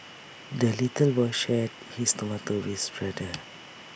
the little boy shared his tomato with brother